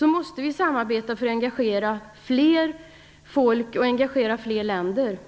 måste vi samarbeta för att engagera fler folk och länder.